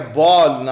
ball